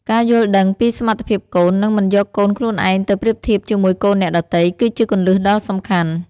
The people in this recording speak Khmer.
ការយល់ដឹងពីសមត្ថភាពកូន និងមិនយកកូនខ្លួនឯងទៅប្រៀបធៀបជាមួយកូនអ្នកដទៃ គឺជាគន្លឹះដ៏សំខាន់។